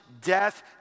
death